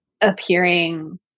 appearing